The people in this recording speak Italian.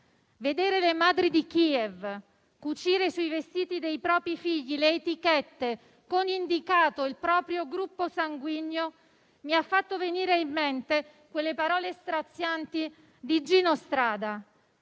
Vedere le madri di Kiev cucire sui vestiti dei propri figli le etichette con indicato il proprio gruppo sanguigno mi ha fatto venire in mente le parole strazianti di Gino Strada: